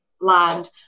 land